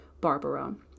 Barbaro